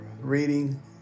reading